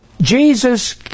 Jesus